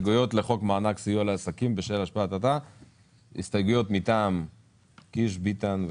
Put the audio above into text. הסתייגויות מטעם ביטן,